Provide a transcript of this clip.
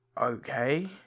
Okay